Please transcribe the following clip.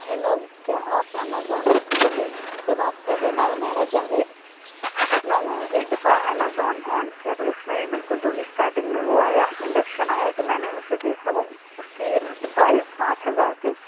hello کیا آپ Amazon service سے بات کر رہے میں عمیرا جاوید میں نے ایک دفعہ امیزون آن کیا تو اُس میں بالکل دو اسٹارٹنگ میں وہ آیا انڈکشن آیا تو میں نے اُسے دیکھا وہ اُس کی پرائیز پانچ ہزار تھی